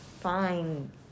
fine